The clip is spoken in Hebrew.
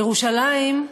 ירושלים,